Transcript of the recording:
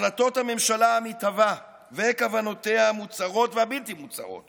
החלטות הממשלה המתהווה וכוונותיה המוצהרות והבלתי-מוצהרות